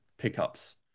pickups